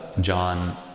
John